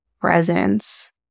presence